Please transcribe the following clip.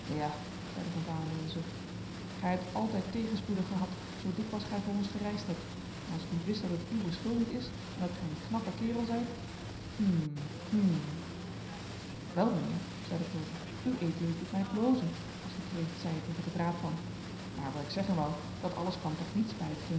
van baalen met een zucht gij hebt altijd tegenspoeden gehad zoo dikwijls gij voor ons gereisd hebt en als ik niet wist dat het uwe schuld niet is en dat gij een knappe kerel zijt hm hm wel mijnheer zeide pulver ued doet mij blozen als de kreeft zei tegen de braadpan maar wat ik zeggen wou dat alles kwam toch niets bij